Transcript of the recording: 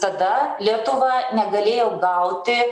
tada lietuva negalėjo gauti